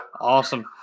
Awesome